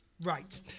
Right